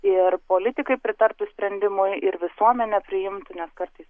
ir politikai pritartų sprendimui ir visuomenė priimtų nes kartais